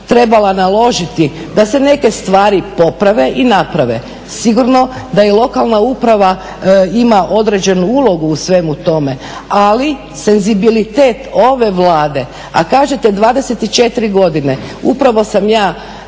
trebala naložiti da se neke stvari poprave i naprave. Sigurno da i lokalna uprava ima određenu ulogu u svemu tome, ali senzibilitet ove Vlade a kažete 24 godine. Upravo sam ja